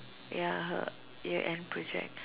ya her year end project